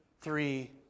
three